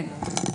כן.